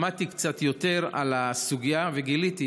למדתי קצת יותר על הסוגיה וגיליתי,